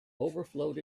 overflowed